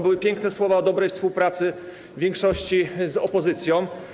Były piękne słowa o dobrej współpracy większości z opozycją.